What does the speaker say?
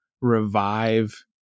revive